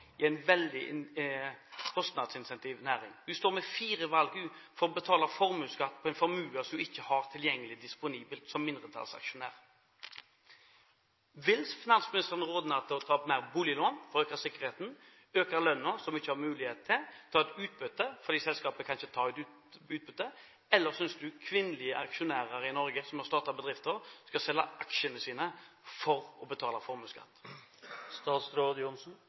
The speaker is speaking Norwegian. i en veldig kostnadsintensiv næring. Hun står med fire valgmuligheter for å betale formuesskatt på en formue som hun ikke har tilgjengelig disponibelt som mindretallsaksjonær. Vil finansministeren råde henne til å ta opp mer boliglån for å øke sikkerheten, øke lønna, som hun ikke har mulighet til, ta ut utbytte – selskapet kan ikke ta ut utbytte – eller synes han kvinnelige aksjonærer i Norge som har startet bedrifter, skal selge aksjene sine for å betale formuesskatt?